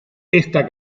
esta